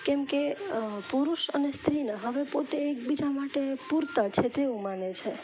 કેમકે પુરુષ અને સ્ત્રીના હવે પોતે એક બીજા માટે પુરતા છે તેવું માને છે